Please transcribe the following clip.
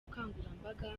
bukangurambaga